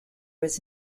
was